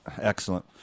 Excellent